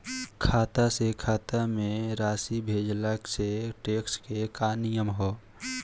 खाता से खाता में राशि भेजला से टेक्स के का नियम ह?